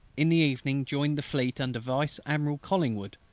in the evening joined the fleet under vice admiral collingwood.